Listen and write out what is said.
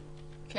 נכון?